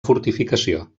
fortificació